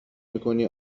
میکنی